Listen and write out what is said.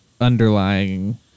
underlying